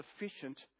sufficient